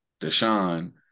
Deshaun